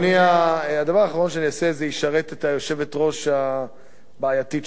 הדבר האחרון שאני אעשה זה לשרת את היושבת-ראש הבעייתית שלך,